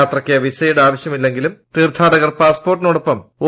യാത്രയ്ക്ക് വിസയുടെ ആവശ്യമില്ലെങ്കിലും തീർത്ഥാടകർ പാസ്പോർട്ടിനോടൊപ്പം ഒ